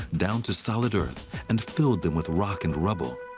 down to solid earth and filled them with rock and rubble.